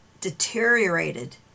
deteriorated